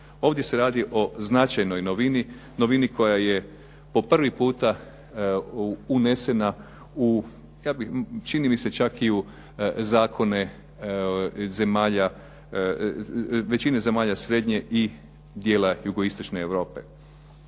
Ovdje se radi o značajnoj novini, novini koja je po prvi puta unesena u, ja bih, čini mi se čak i u zakone zemalja, većine zemalja srednje i dijela jugoistočne Europe.